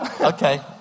Okay